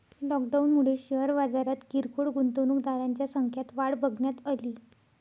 लॉकडाऊनमुळे शेअर बाजारात किरकोळ गुंतवणूकदारांच्या संख्यात वाढ बघण्यात अली